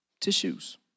tissues